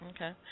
Okay